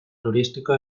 turístico